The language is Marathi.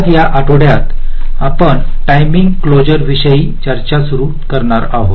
आज या आठवड्यात आपण टाईमिंग क्लासर विषयावर चर्चा सुरू करणार आहोत